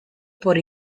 por